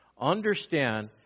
Understand